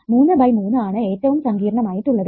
3 by 3 ആണ് ഏറ്റവും സങ്കീർണ്ണമായിട്ടുള്ളത്